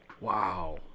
Wow